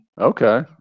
Okay